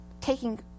taking